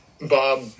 Bob